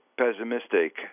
pessimistic